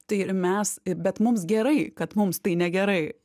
tai ir mes bet mums gerai kad mums tai negerai